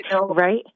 Right